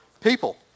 people